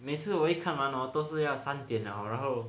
每次我一看完 hor 都是要三点 liao 然后